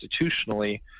institutionally